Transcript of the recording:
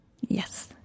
Yes